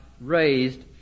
raised